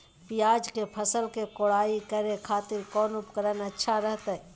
प्याज के फसल के कोढ़ाई करे खातिर कौन उपकरण अच्छा रहतय?